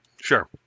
sure